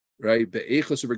Right